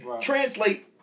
translate